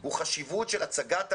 הוא חשיבות של הצגת המגוון,